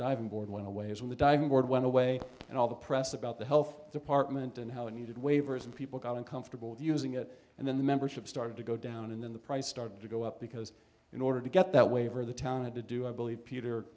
board went away when the diving board went away and all the press about the health department and how it needed waivers and people got uncomfortable using it and then the membership started to go down and then the price started to go up because in order to get that waiver the town had to do i believe peter